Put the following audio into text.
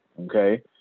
okay